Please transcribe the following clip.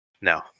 No